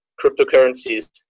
cryptocurrencies